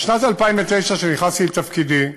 בשנת 2009, כשנכנסתי לתפקידי,